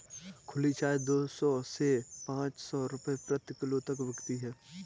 खुली चाय दो सौ से पांच सौ रूपये प्रति किलो तक बिकती है